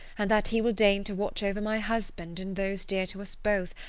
and that he will deign to watch over my husband and those dear to us both,